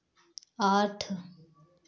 आठ